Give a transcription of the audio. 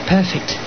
Perfect